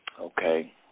Okay